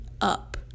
up